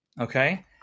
Okay